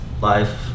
life